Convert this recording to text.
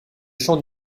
chant